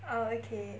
err okay